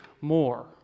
more